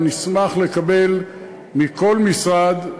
ונשמח לקבל מכל משרד,